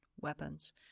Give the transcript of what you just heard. weapons